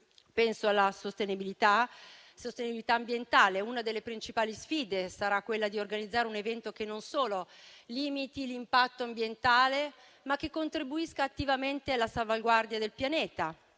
Penso alla sostenibilità ambientale; una delle principali sfide sarà quella di organizzare un evento che non solo limiti l'impatto ambientale, ma che contribuisca attivamente alla salvaguardia del pianeta.